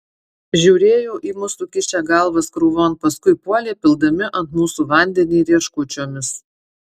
žiūrėjo į mus sukišę galvas krūvon paskui puolė pildami ant mūsų vandenį rieškučiomis